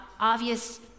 obvious